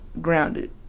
grounded